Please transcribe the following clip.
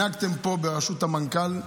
הנהגתם פה בראשות המנכ"ל,